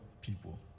people